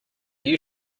you